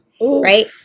right